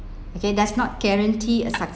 okay does not guarantee